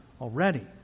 already